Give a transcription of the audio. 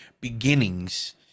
beginnings